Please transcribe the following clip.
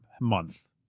Month